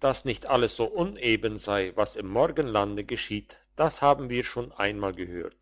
dass nicht alles so uneben sei was im morgenlande geschieht das haben wir schon einmal gehört